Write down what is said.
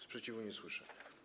Sprzeciwu nie słyszę.